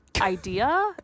idea